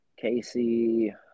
Casey